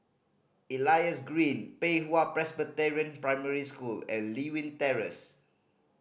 Elias Green Pei Hwa Presbyterian Primary School and Lewin Terrace